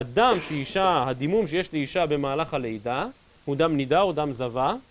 הדם שהיא אישה, הדימום שיש לי אישה במהלך הלידה, הוא דם נידה או דם זווה